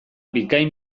bikain